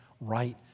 right